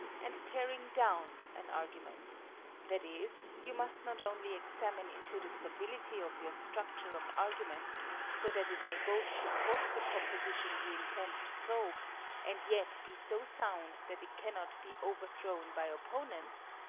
and tearing down an argument that is, you must not only examine into the stability of your structure of argument so that it may both support the proposition you intend to probe and yet be so sound that it cannot be overthrown by opponents,